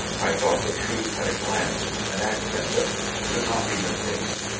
i thought that truth had a glance, an accent, that could not be mistaken,